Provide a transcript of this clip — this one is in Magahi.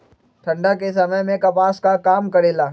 ठंडा के समय मे कपास का काम करेला?